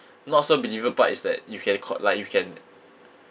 not so believable part is that you can com~ like you can